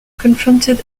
confronted